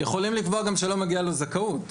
הם יכולים לקבוע שלא מגיעה לו זכאות.